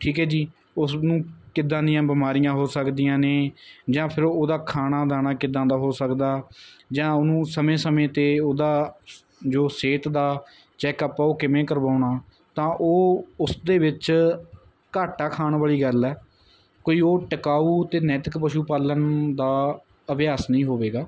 ਠੀਕ ਹੈ ਜੀ ਉਸ ਨੂੰ ਕਿੱਦਾਂ ਦੀਆਂ ਬਿਮਾਰੀਆਂ ਹੋ ਸਕਦੀਆਂ ਨੇ ਜਾਂ ਫੇਰ ਉਹਦਾ ਖਾਣਾ ਦਾਣਾ ਕਿੱਦਾਂ ਦਾ ਹੋ ਸਕਦਾ ਜਾਂ ਉਹਨੂੰ ਸਮੇਂ ਸਮੇਂ 'ਤੇ ਉਹਦਾ ਜੋ ਸਿਹਤ ਦਾ ਚੈੱਕ ਅਪ ਆ ਉਹ ਕਿਵੇਂ ਕਰਵਾਉਣਾ ਤਾਂ ਉਹ ਉਸਦੇ ਵਿੱਚ ਘਾਟਾ ਖਾਣ ਵਾਲੀ ਗੱਲ ਹੈ ਕੋਈ ਉਹ ਟਿਕਾਊ ਅਤੇ ਨੈਤਿਕ ਪਸ਼ੂ ਪਾਲਣ ਦਾ ਅਭਿਆਸ ਨਹੀਂ ਹੋਵੇਗਾ